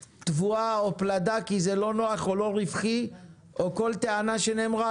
תבואה או פלדה כי זה לא נוח או לא רווחי או כל טענה שנאמרה.